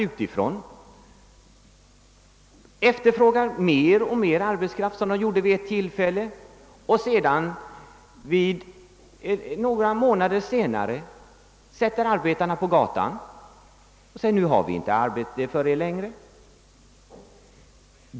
De efterfrågade vid ett tillfälle mer och mer arbetskraft för att några månader senare sätta arbetarna på gatan med förklaringen att de inte hade arbete för dem längre.